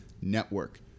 network